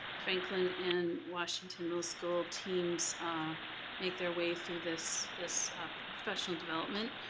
franklin and washington middle school teams make their way through this this professional development.